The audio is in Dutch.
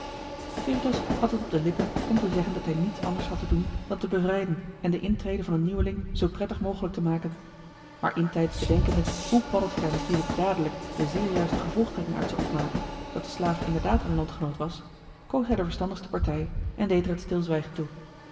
veritas had het op de lippen om te zeggen dat hij niets anders had te doen dan te bevrijden en de intrede van een nieuweling zoo prettig mogelijk te maken maar intijds bedenkende hoe paddeltje daar natuurlijk dadelijk de zeer juiste gevolgtrekking uit zou opmaken dat de slaaf inderdaad een landgenoot was koos hij de verstandigste partij en deed er het stilzwijgen toe